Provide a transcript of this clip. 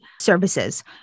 services